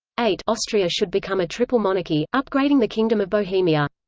eight austria should become a triple monarchy, upgrading the kingdom of bohemia.